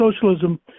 socialism